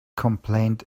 complaint